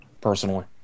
personally